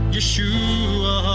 Yeshua